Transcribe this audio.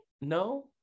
no